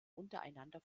untereinander